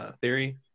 theory